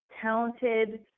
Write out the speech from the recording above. talented